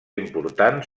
important